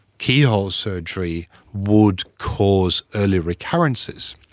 keyhole surgery would cause early recurrences,